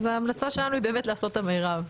אז ההמלצה שלנו היא באמת לעשות את המירב.